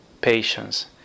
patience